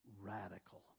radical